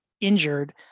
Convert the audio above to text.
injured